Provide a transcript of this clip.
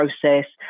process